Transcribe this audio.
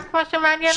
רק מה שמעניין אותך?